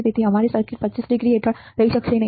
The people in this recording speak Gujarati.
તેથી અમારી સર્કિટ 25 ડિગ્રી હેઠળ રહી શકશે નહીં